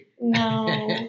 No